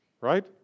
right